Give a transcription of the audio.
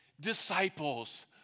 disciples